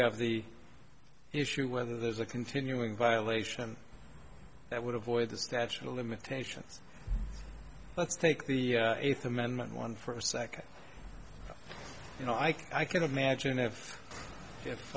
have the issue whether there's a continuing violation that would avoid the statute of limitations let's take the eighth amendment one for a second you know i can imagine if